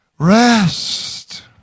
Rest